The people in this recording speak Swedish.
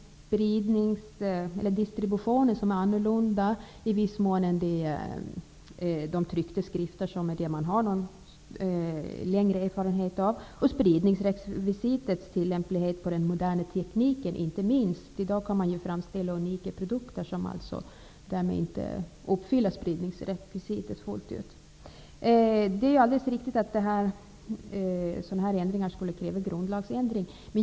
Distributionen är i viss mån annorlunda än när det gäller de tryckta skrifter som man har längre erfarenhet av. Det gäller också spridningsrekvisitets tillämplighet på den moderna tekniken. I dag kan man ju framställa unika produkter som därmed inte uppfyller spridningsrekvisitet fullt ut. Det är alldeles riktigt att dessa ändringar skulle kräva en grundlagsändring.